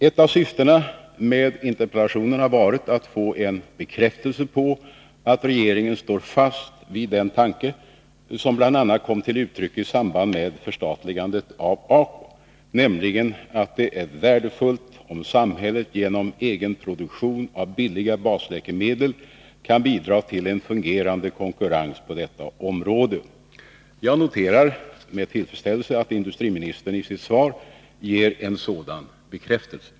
Ett av syftena med interpellationen har varit att få en bekräftelse på att regeringen står fast vid den tanke som bl.a. kom till uttryck i samband med förstatligandet av ACO, nämligen att det är värdefullt om samhället genom egen produktion av billiga basläkemedel kan bidra till en fungerande konkurrens på detta område. Jag noterar med tillfredsställelse att industriministern i sitt svar ger en sådan bekräftelse.